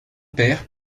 père